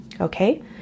Okay